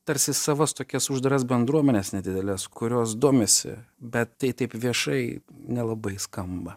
tarsi savas tokias uždaras bendruomenes nedideles kurios domisi bet tai taip viešai nelabai skamba